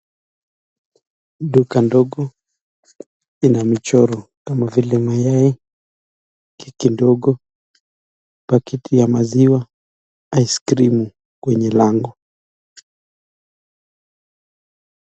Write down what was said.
Duka ndogo ina mchoro kama vile mayai, keki ndogo, pakiti ya maziwa, ice krimu kwenye lango.